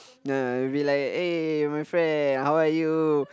we'll be like eh my friend how are you